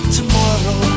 tomorrow